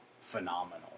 phenomenal